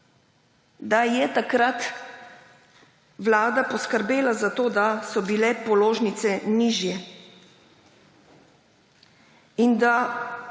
da je takrat vlada poskrbela za to, da so bile položnice nižje. In da